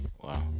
wow